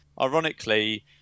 ironically